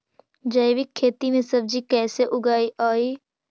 जैविक खेती में सब्जी कैसे उगइअई?